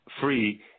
free